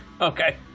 Okay